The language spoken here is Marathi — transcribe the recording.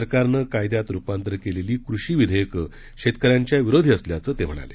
सरकारनं कायद्यात रुपांतर केलेली कृषी विधेयकं शेतकर्यांच्या विरोधी असल्याचं ते म्हणाले